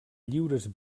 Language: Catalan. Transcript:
lliures